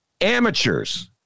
amateurs